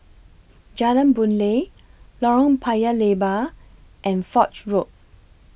Jalan Boon Lay Lorong Paya Lebar and Foch Road